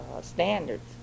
standards